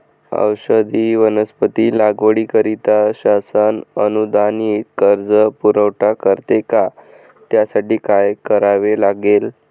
औषधी वनस्पती लागवडीकरिता शासन अनुदानित कर्ज पुरवठा करते का? त्यासाठी काय करावे लागेल?